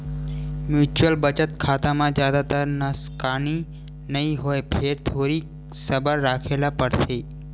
mutual बचत खाता म जादातर नसकानी नइ होवय फेर थोरिक सबर राखे ल परथे